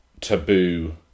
taboo